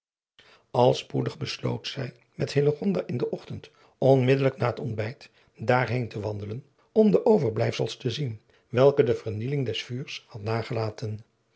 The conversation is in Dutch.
al spoedig besloot zij met hillegonda in den ochtend onmiddellijk na het ontbijt daarheen te wandelen om de overblijfsels te zien welke de vernieling des vuurs had nagelaten